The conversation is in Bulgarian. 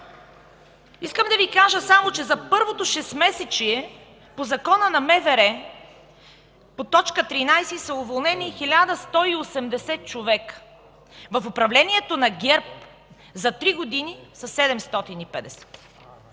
Искам да Ви кажа само, че за първото шестмесечие по Закона за МВР по т. 13 са уволнени 1180 човека. При управлението на ГЕРБ за три години са 750.